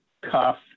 cuff